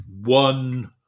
one